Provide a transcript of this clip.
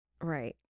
Right